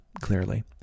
clearly